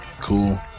cool